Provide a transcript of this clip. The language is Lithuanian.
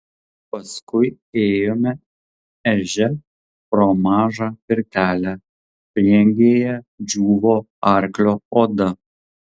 paskui ėjome ežia pro mažą pirtelę prieangyje džiūvo arklio oda